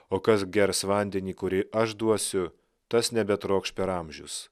o kas gers vandenį kurį aš duosiu tas nebetrokš per amžius